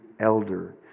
elder